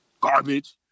garbage